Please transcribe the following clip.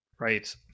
Right